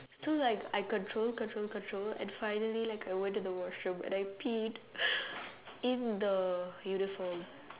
so like I control control control and finally like I went to the washroom and I peed in the uniform